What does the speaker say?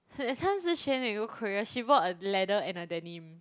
that time Shi-Xuan we go Korea she bought a leather and a denim